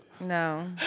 No